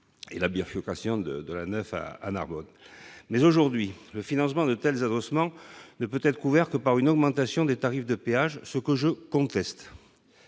et demi des concessions concernées. Mais aujourd'hui, le financement de tels adossements ne peut être couvert que par une augmentation des tarifs des péages, ce que je conteste.